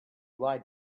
lied